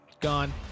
Gone